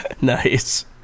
Nice